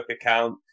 account